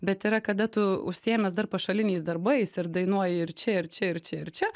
bet yra kada tu užsiėmęs dar pašaliniais darbais ir dainuoji ir čia ir čia ir čia ir čia